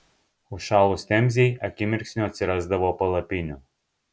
užšalus temzei akimirksniu atsirasdavo palapinių